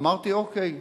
אמרתי: אוקיי,